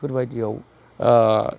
बेफोरबायदियाव